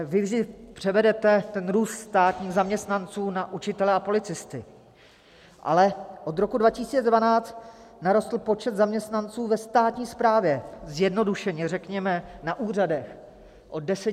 Vy vždy převedete ten růst státních zaměstnanců na učitele a policisty, ale od roku 2012 narostl počet zaměstnanců ve státní správě, zjednodušeně řekněme na úřadech, o 10 776 osob.